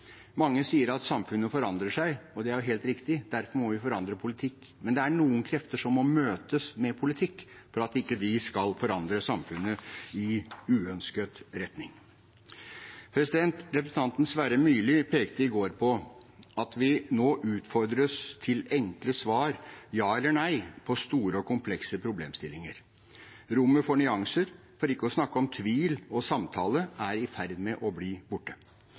Mange sier at samfunnet forandrer seg, og det er helt riktig. Derfor må vi forandre politikk. Men det er noen krefter som må møtes med politikk for at de ikke skal forandre samfunnet i uønsket retning. Representanten Sverre Myrli pekte i går på at vi nå utfordres til enkle svar, ja eller nei, på store og komplekse problemstillinger. Rommet for nyanser, for ikke å snakke om tvil og samtale, er i ferd med å bli borte.